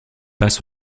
passe